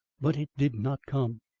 but it did not come.